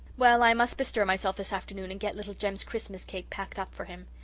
well, i must bestir myself this afternoon and get little jem's christmas cake packed up for him.